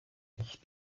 ich